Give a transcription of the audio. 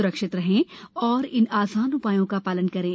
स्रक्षित रहें और इन आसान उप्रायों का शालन करें